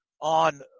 on